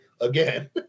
again